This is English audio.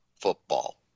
football